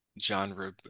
genre